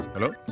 Hello